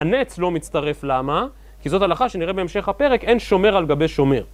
הנץ לא מצטרף, למה? כי זאת הלכה שנראה בהמשך הפרק, אין שומר על גבי שומר.